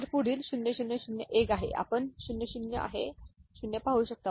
तर पुढील 0 0 0 1 आहे आपण 0 0 आहे 0 पाहू शकता